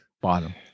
Bottom